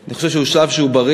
שאני חושב שהוא שלב בריא,